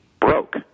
broke